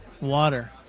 Water